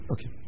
Okay